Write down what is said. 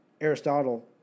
Aristotle